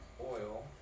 oil